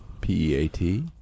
P-E-A-T